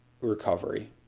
recovery